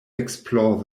explore